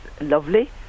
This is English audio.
lovely